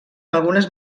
algunes